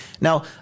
Now